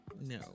No